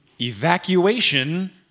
evacuation